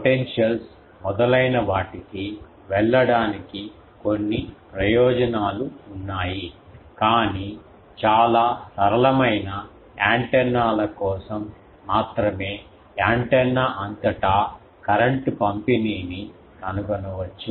potentials మొదలైన వాటికి వెళ్లడానికి కొన్ని ప్రయోజనాలు ఉన్నాయి కానీ చాలా సరళమైన యాంటెన్నా ల కోసం మాత్రమే యాంటెన్నా అంతటా కరెంట్ పంపిణీని కనుగొనవచ్చు